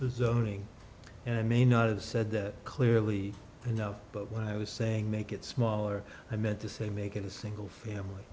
the zoning and i may not have said that clearly enough but when i was saying make it smaller i meant to say make it a single family